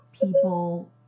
people